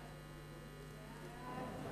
מי נגד?